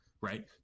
right